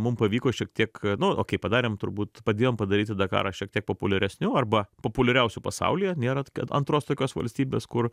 mum pavyko šiek tiek nu okei padarėm turbūt padėjom padaryti dakarą šiek tiek populiaresniu arba populiariausiu pasaulyje nėra tokia antros tokios valstybės kur